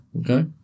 Okay